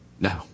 no